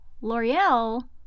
L'Oreal